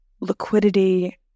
liquidity